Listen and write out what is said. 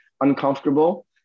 uncomfortable